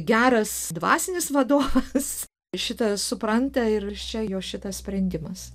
geras dvasinis vadovas šitą supranta ir še jo šitas sprendimas